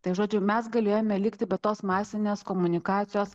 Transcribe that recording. tai žodžiu mes galėjome likti be tos masinės komunikacijos